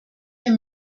herr